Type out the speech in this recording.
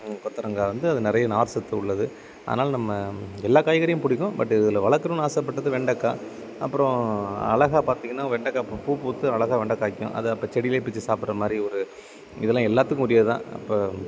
கொத்தவரங்கா வந்து அது நிறைய நார்சத்து உள்ளது அதனால் நம்ம எல்லா காய்கறியும் பிடிக்கும் பட் இதில் வளக்கணும்னு ஆசைப்பட்டது வந்து வெண்டைக்கா அப்பறம் அழகா பார்த்திங்கனா வெண்டைக்கா இப்போ பூ பூத்து அழகா வெண்டை காய்க்கும் அதை அப்போ செடிலேயே பிச்சு சாப்பிட்ற மாதிரி ஒரு இதெல்லாம் எல்லாத்துக்கும் உரியது தான் இப்போ